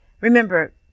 remember